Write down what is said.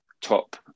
top